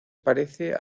parece